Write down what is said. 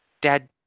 Dad